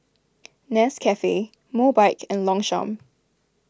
Nescafe Mobike and Longchamp